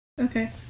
Okay